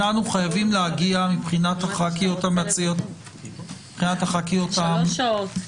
אנחנו חייבים להגיע מבחינת חברות הכנסת המציעות --- שלוש שעות.